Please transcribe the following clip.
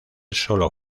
solo